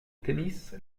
tennis